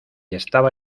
estaba